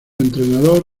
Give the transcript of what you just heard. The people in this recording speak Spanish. entrenador